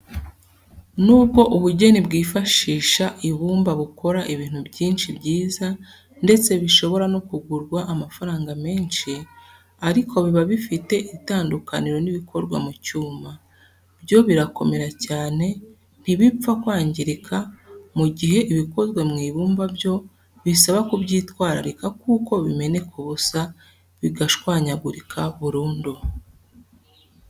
Nubwo ubugeni bwifashisha ibumba bukora ibintu byinshi byiza ndetse bishobora no kugurwa amafaranga menshi, ariko biba bifite itandukaniro n'ibikorwa mu cyuma, byo birakomera cyane ntibipfa kwangirika, mu gihe ibikozwe mu ibumba byo bisaba kubyitwararika kuko bimeneka ubusa, bigashwanyagurika burundu.